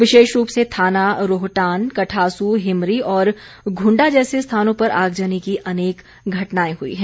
विशेष रूप से थाना रोहटान कठासू हिमरी और घुंडा जैसे स्थानों पर आगजनी की अनेक घटनाएं हुई हैं